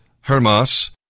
Hermas